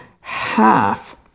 half